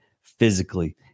physically